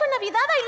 Navidad